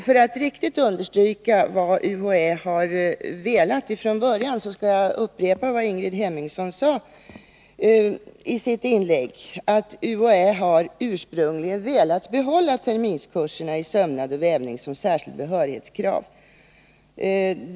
För att riktigt understryka vad UHÄ ville från början, skall jag upprepa vad Ingrid Hemmingsson sade i sitt inlägg: UHÄ ville ursprungligen behålla terminskurserna i sömnad och vävning som särskilt behörighetskrav.